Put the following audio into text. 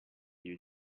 you